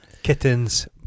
Kittens